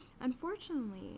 Unfortunately